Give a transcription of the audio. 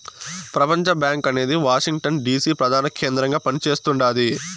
ప్రపంచబ్యాంకు అనేది Washington DC ప్రదాన కేంద్రంగా పని చేస్తుండాది